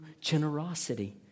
generosity